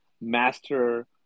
master